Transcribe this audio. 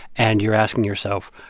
and you're asking yourself,